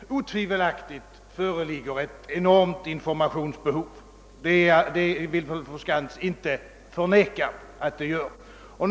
Fru Skantz vill väl inte förneka att det föreligger ett enormt informations behov.